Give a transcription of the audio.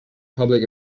public